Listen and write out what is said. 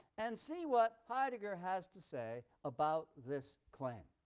and see what heidegger has to say about this claim.